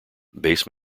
base